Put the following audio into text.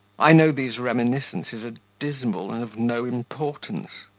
i know these reminiscences are dismal and of no importance,